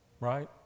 right